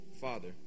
Father